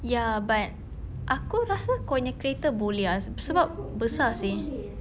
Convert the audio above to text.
ya but aku rasa kau punya kereta boleh ah se~ sebab besar seh